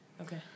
Okay